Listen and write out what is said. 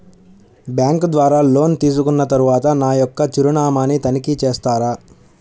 Bank ద్వారా loan తీసుకున్న తరువాత నా యొక్క చిరునామాని తనిఖీ చేస్తారా?